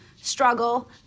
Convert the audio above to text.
struggle